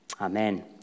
amen